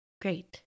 Great